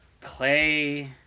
Clay